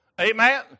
Amen